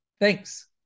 thanks